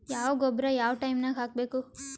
ಯಾವ ಗೊಬ್ಬರ ಯಾವ ಟೈಮ್ ನಾಗ ಹಾಕಬೇಕು?